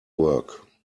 work